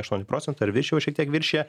aštuoni procentai ar virš jau šiek tiek viršija